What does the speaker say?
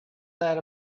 that